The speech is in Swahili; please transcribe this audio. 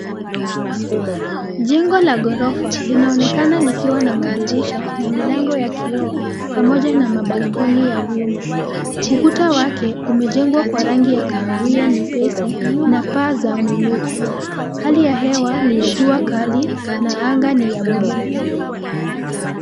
Jengo la gorofa linaonekana likiwa na madirisha na milango ya kioo pamoja na ma Balcony [cs} ya vyuma. Ukuta wake umejengwa kwa rangi ya kahawia nyepesi na paa za mwinuko. Hali ya hewa ni ya jua kali na anga ni ya bluu.